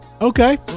Okay